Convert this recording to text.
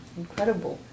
incredible